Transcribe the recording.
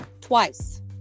twice